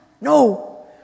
no